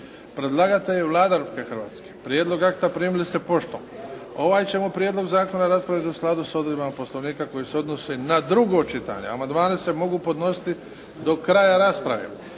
Predlagatelj je Vlada Republike Hrvatske. Prijedlog akta primili ste poštom. Ovaj ćemo prijedlog zakona raspravit u skladu s odredbama Poslovnika koje se odnose na drugo čitanje. Amandmani se mogu podnositi do kraja rasprave.